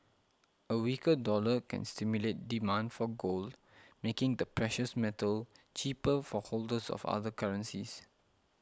a weaker dollar can stimulate demand for gold making the precious metal cheaper for holders of other currencies